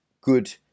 good